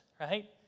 right